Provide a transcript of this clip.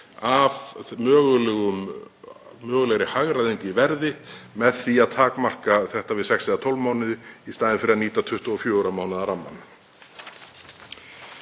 af mögulegri hagræðingu í verði með því að takmarka þetta við sex eða 12 mánuði í staðinn fyrir að nýta 24 mánaða rammann.